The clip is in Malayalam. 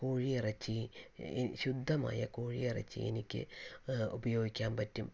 കോഴയിറച്ചി ശുദ്ധമായ കോഴിയിറച്ചി എനിക്ക് ഉപയോഗിക്കാൻ പറ്റും